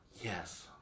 Yes